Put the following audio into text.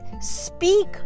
speak